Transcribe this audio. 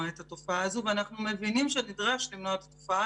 את התופעה הזאת ואנחנו מבינים שנדרש למנוע את התופעה